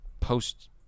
post